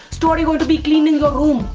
story going to be cleaning your room.